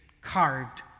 carved